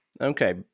Okay